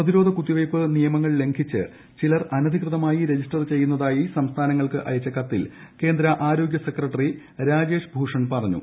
പ്രതിരോധ കുത്തിവയ്പ്പ് നിയമങ്ങൾ ലംഘിച്ച് ചിലർ അനധികൃതമായി രജിസ്റ്റർ ചെയ്യുന്നതായി സംസ്ഥാനങ്ങൾക്ക് അയച്ച കത്തിൽ കേന്ദ്ര ആരോഗ്യ സെക്രട്ടറി രാജേഷ് ഭൂഷൺ പറഞ്ഞു